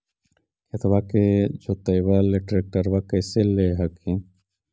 खेतबा के जोतयबा ले ट्रैक्टरबा कैसे ले हखिन?